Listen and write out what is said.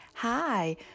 Hi